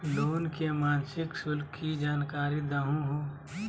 Loan के मासिक शुल्क के जानकारी दहु हो?